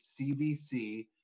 cbc